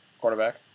quarterback